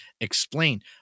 explain